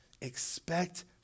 Expect